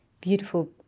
beautiful